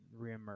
reemerge